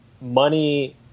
money